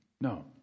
No